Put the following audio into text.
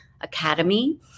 Academy